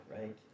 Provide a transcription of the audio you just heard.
right